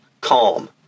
calm